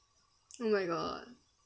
oh my god